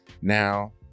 Now